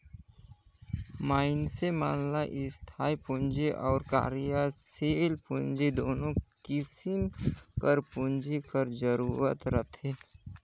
मइनसे मन ल इस्थाई पूंजी अउ कारयसील पूंजी दुनो किसिम कर पूंजी कर जरूरत परथे